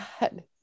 God